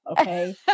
Okay